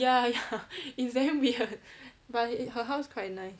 ya ya it's damn weird but her house quite nice